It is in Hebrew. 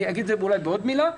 אגיד על זה אולי עוד מילה.